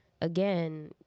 again